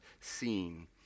seen